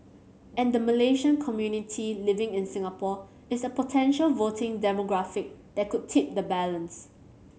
and the Malaysian community living in Singapore is a potential voting demographic that could tip the balance